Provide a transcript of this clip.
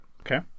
okay